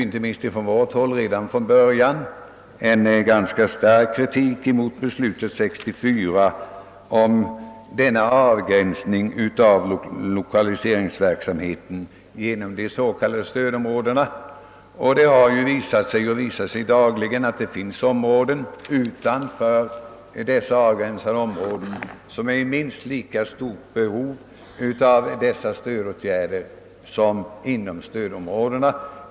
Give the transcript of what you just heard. Inte minst från vårt håll riktades från början ganska stark kritik mot det beslut som fattades år 1964 om en avgränsning av lokaliseringsverksamheten genom de s.k. stödområdena. Dagligen har det visat sig att det finns områden utanför dessa avgränsade områden som är i minst lika stort behov av stödåtgärder.